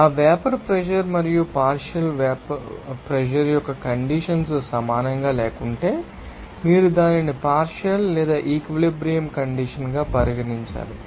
ఆ vapour pressure మరియు partial pressure యొక్క కండిషన్స్ సమానంగా లేకుంటే మీరు దానిని పార్షియల్ లేదా ఈక్విలిబ్రియం కండిషన్స్ గా పరిగణించాలి